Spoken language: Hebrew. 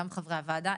גם חברי הוועדה,